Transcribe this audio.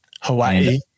Hawaii